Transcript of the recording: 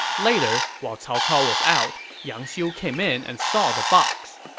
later, while cao cao was out, yang xiu came in and saw the box.